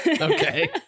Okay